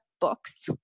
books